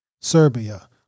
Serbia